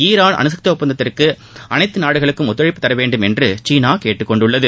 Iran அணுசக்தி ஒப்பந்தத்திற்கு அனைத்து நாடுகளும் ஒத்துழைப்பு தரவேண்டும் என்று சீனா கேட்டுக்கொண்டுள்ளது